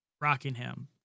Rockingham